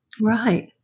Right